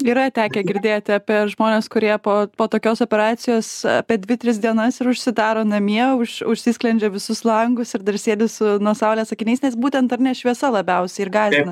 yra tekę girdėti apie žmones kurie po po tokios operacijos apie dvi tris dienas ir užsidaro namie už užsisklendžia visus langus ir dar sėdi su nuo saulės akiniais nes būtent ar ne šviesa labiausiai ir gąsdina